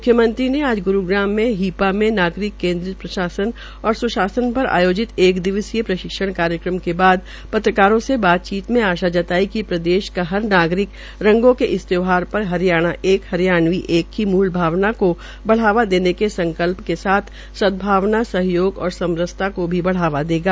म्ख्यमंत्री ने आज ग्रूग्राम में हिपा में नागरिक केद्रित प्रशासन और सुशासन पर आयोजित एक दिवसीय प्रशिक्षण कार्यक्रम क बाद पत्रकारों से बातचीत में आशा जताई कि प्रदेश हर नागरिक रंगों के इस त्यौहार पर हरियाणा एक हरियाण्वी एक की मूल भावना को ब ावा देने का संकल्प के साथ सदभावना सहयोग और समरसता को बढ़ावा देगा